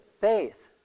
faith